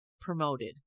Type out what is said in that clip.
promoted